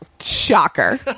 Shocker